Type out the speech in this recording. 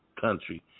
country